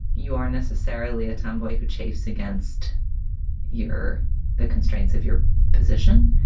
you are necessarily a tomboy who chafes against your the constraints of your position.